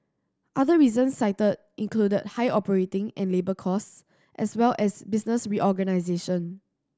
other reasons cited included high operating and labour costs as well as business reorganisation